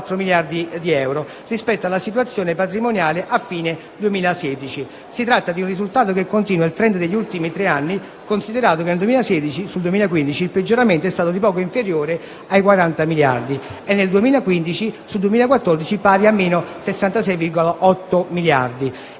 Si tratta di un risultato che continua il *trend* degli ultimi tre anni, considerato che nel 2016, sul 2015, il peggioramento è stato di poco inferiore ai 40 miliardi e nel 2015, sul 2014, pari a meno 66,8 miliardi